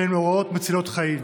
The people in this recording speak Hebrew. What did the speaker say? שהן הוראות מצילות חיים.